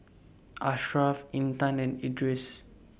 Ashraff Intan and Idris